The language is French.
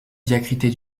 diacritée